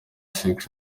sex